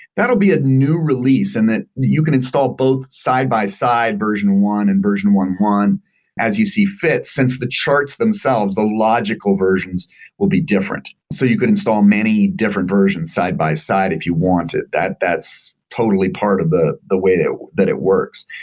that will be a new release and that you can install both side-by-side version one and version one point one as you see fit since the charts themselves, the logical versions will be different. so you can install many different versions side by-side if you want it. that's totally part of the the way that that it works.